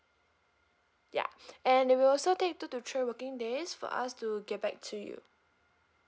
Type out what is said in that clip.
ya and it will also take two to three working days for us to get back to you